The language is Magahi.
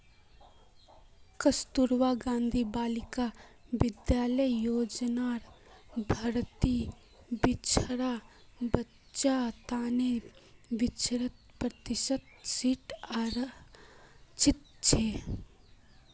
कस्तूरबा गांधी बालिका विद्यालय योजनार भीतरी पिछड़ा बच्चार तने पिछत्तर प्रतिशत सीट आरक्षित छे